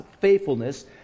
faithfulness